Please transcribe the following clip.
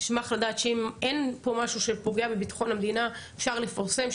נשמח לדעת שאם אין פה משהו שפוגע בביטחון המדינה אפשר לפרסם,